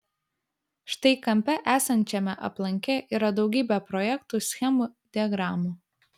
štai kampe esančiame aplanke yra daugybė projektų schemų diagramų